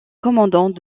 commandant